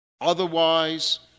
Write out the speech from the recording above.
Otherwise